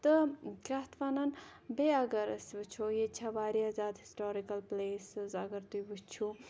تہٕ کیاہ اَتھ وَنان بیٚیہِ اَگَر أسۍ وٕچھو ییٚتہِ چھےٚ واریاہ زیادٕ ہِسٹورِکَل پلیسٕز اَگَر تُہۍ وٕچھِو